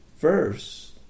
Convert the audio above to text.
verse